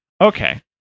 Okay